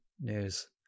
news